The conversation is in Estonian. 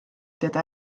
teda